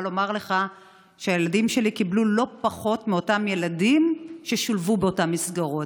לומר לך שהילדים שלי קיבלו לא פחות מאותם ילדים ששולבו באותן מסגרות.